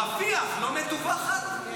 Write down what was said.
היו"ר ניסים ואטורי: תסתכל על המפה, זה בשפיץ.